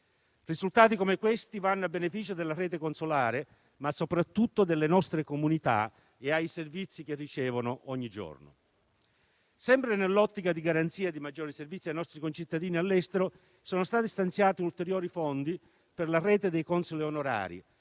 Risultati come questi vanno a beneficio della rete consolare, ma soprattutto delle nostre comunità e dei servizi che ricevono ogni giorno. Sempre nell'ottica della garanzia di maggiori servizi ai nostri concittadini all'estero, sono stati stanziati ulteriori fondi per la rete dei consoli onorari,